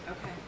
Okay